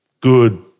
good